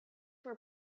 were